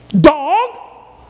Dog